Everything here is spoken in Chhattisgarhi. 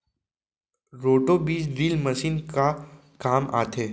रोटो बीज ड्रिल मशीन का काम आथे?